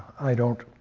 i don't